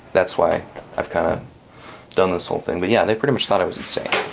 that's why i've kind of done this whole thing, but yeah they pretty much thought i was insane.